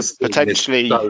potentially